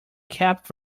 kept